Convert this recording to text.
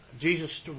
Jesus